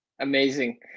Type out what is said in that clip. Amazing